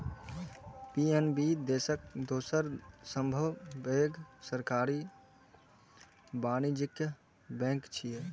PNB देशक दोसर सबसं पैघ सरकारी वाणिज्यिक बैंक छियै